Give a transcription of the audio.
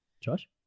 Josh